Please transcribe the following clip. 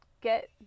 get